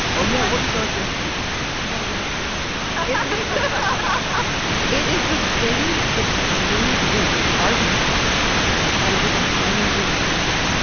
oh yeah. what does suggest is mean. i'm glad you asked yeah um it is the wind that blew the argonaut ship and it is a cleansing wind.